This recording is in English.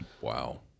Wow